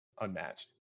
unmatched